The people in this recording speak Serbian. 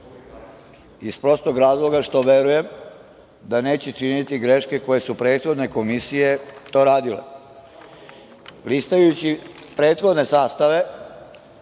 iz prostog razloga što verujem da neće biti greške koje su prethodne komisije to radile. Listajući prethodne sastave